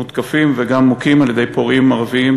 מותקפים וגם מוכים על-ידי פורעים ערבים,